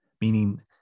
meaning